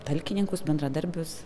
talkininkus bendradarbius